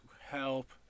help